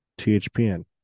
THPN